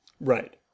Right